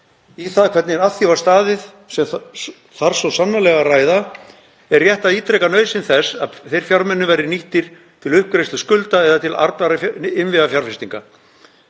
í það hvernig að því var staðið, sem þarf svo sannarlega að ræða. Er rétt að ítreka nauðsyn þess að þeir fjármunir verði nýttir til uppgreiðslu skulda eða til arðbærra innviðafjárfestinga.